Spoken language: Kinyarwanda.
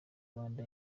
rwanda